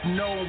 no